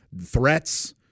threats